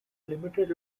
limited